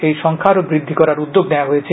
এই সংখ্যা আরও বৃদ্ধি করার উদ্যোগ নেওয়া হয়েছে